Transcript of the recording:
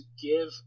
give